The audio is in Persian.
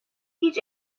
هیچ